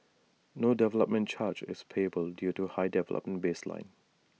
no development charge is payable due to the high development baseline